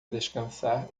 descansar